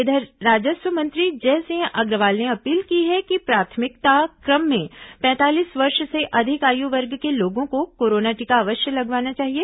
इधर राजस्व मंत्री जयसिंह अग्रवाल ने अपील की है कि प्राथमिकता क्रम में पैंतालीस वर्ष से अधिक आयु वर्ग के लोगों को कोरोना टीका अवश्य लगवाना चाहिए